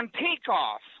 takeoff